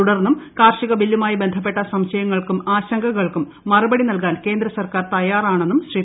തുടർന്നും കാർഷിക ബില്ലുമായി ബന്ധപ്പെട്ട സംശയങ്ങൾക്കും ആശങ്കകൾക്കും മറുപടി നൽകാൻ കേന്ദ്ര സർക്കാർ തയാറാണെന്നും ശ്രീ